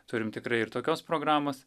turim tikrai ir tokios programos